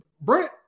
Brent